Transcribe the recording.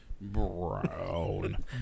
Brown